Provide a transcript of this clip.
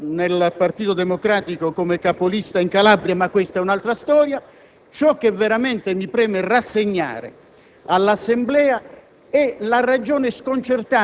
salvo poi cooptarlo nel Partito Democratico come capolista in Calabria (ma questa è un'altra storia). Ciò che veramente mi preme rassegnare